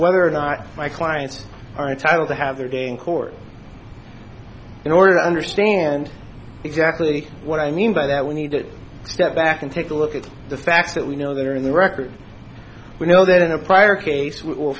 whether or not my clients are entitled to have their day in court in order to understand exactly what i mean by that we need to step back and take a look at the fact that we know that are in the record we know that in a prior case we